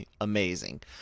amazing